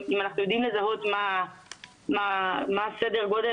אם אנחנו יודעים לזהות מה סדר הגודל